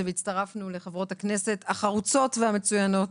והצטרפנו לחברות הכנסת החרוצות והמצוינות,